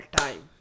time